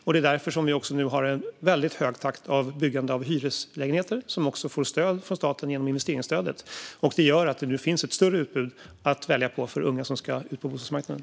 Det är också därför som vi nu har en väldigt hög takt i byggandet av hyreslägenheter, som också får stöd från staten genom investeringsstödet. Det gör att det nu finns ett större utbud att välja bland för unga som ska ut på bostadsmarknaden.